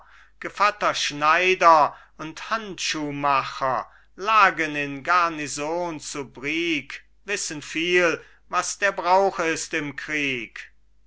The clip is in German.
gevatter schneider und handschuhmacher lagen in garnison zu brieg wissen viel was der brauch ist im krieg